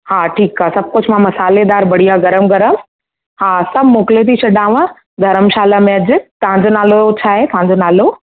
हा ठीकु आहे सभु कुझु मां मसालेदार बढ़िया गरम गरम हा सभु मोकिले थी छॾांव धरमशाला में अॼु तव्हां जो नालो छाहे तव्हां जो नालो